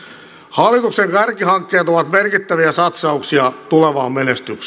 hallituksen kärkihankkeet ovat merkittäviä satsauksia tulevaan menestykseen